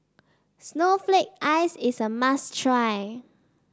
Snowflake Ice is a must try